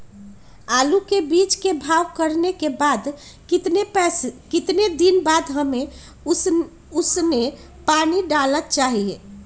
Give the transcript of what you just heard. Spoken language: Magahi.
आलू के बीज के भाव करने के बाद कितने दिन बाद हमें उसने पानी डाला चाहिए?